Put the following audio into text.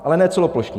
Ale ne celoplošně.